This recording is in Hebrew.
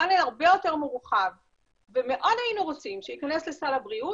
פאנל הרבה יותר מורחב ומאוד היינו רוצים שייכנס לסל הבריאות.